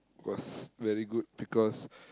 was very good because